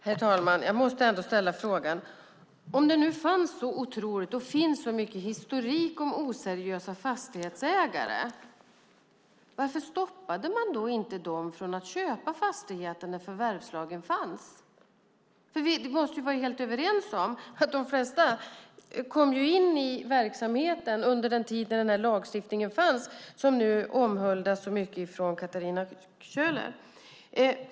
Herr talman! Jag måste ändå ställa frågan: Om det nu fanns så otroligt mycket historik om oseriösa fastighetsägare, varför stoppade man inte dem från att köpa fastigheter när förvärvslagen fanns? Vi måste vara helt överens om att de flesta kom in i verksamheten under den tid den lagstiftning fanns som nu omhuldas så mycket av Katarina Köhler.